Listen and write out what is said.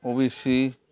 O B C